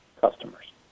customers